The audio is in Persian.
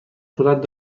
خودت